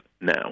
now